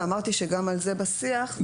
ואמרתי שגם על זה בשיח,